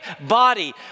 body